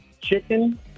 chicken